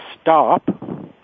stop